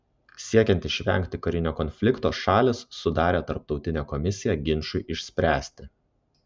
siekiant išvengti karinio konflikto šalys sudarė tarptautinę komisiją ginčui išspręsti